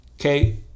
Okay